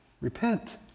repent